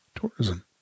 tourism